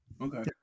Okay